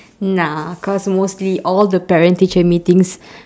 nah cause mostly all the parent teacher meetings